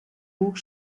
buch